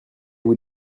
vous